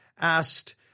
asked